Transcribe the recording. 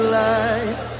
life